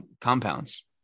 compounds